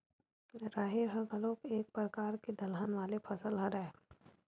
राहेर ह घलोक एक परकार के दलहन वाले फसल हरय